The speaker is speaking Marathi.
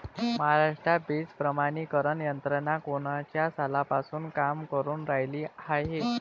महाराष्ट्रात बीज प्रमानीकरण यंत्रना कोनच्या सालापासून काम करुन रायली हाये?